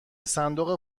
صندوق